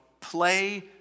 Play